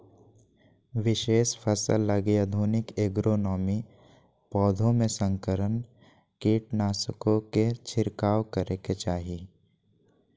विशेष फसल लगी आधुनिक एग्रोनोमी, पौधों में संकरण, कीटनाशकों के छिरकाव करेके चाही